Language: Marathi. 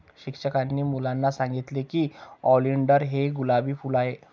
शिक्षकांनी मुलांना सांगितले की ऑलिंडर हे गुलाबी फूल आहे